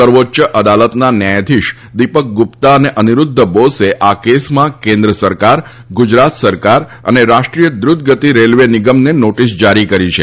સર્વોચ્ય અદાલતના ન્યાયાધીશ દીપક ગુપ્તા અને અનીરુધ્ધ બોસે આ કેસમાં કેન્દ્ર સરકાર ગુજરાત સરકાર અને રાષ્ટ્રીય દ્રુતા ગતિ રેલવે નિગમને નોટીસ જારી કરી છે